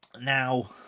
now